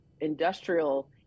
industrial